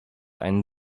einen